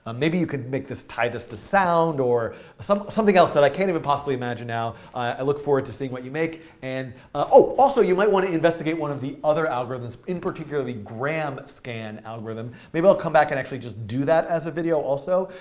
ah maybe you could tie this to sound or so something else that i can't even possibly imagine now. i look forward to seeing what you make. and oh, also, you might want to investigate one of the other algorithms, in particularly graham scan algorithm. maybe i'll come back and actually just do that as a video also.